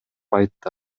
айтты